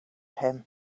him